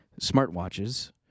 smartwatches